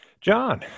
John